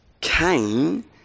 Cain